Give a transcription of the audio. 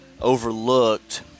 overlooked